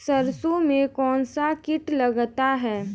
सरसों में कौनसा कीट लगता है?